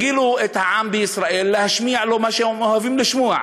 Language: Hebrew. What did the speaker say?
הרגילו את העם בישראל להשמיע לו מה שהוא אוהב לשמוע.